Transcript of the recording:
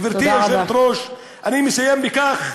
גברתי היושבת-ראש, אני מסיים בכך: